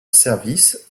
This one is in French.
service